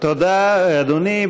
תודה, אדוני.